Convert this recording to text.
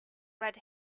red